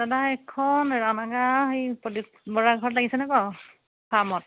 দাদা এইখন ৰাণাগা সেই পদূপ বৰা ঘৰত লাগিছেনে বাৰু ফাৰ্মত